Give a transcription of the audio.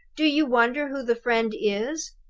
do you wonder who the friend is?